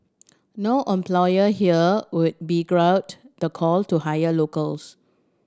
no employer here would the call to hire locals